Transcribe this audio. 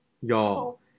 y'all